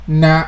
na